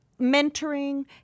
mentoring